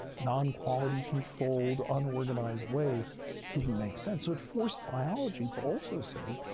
non-quality controlled, unorganized ways didn't make sense. so, it forced biology to also say,